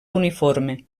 uniforme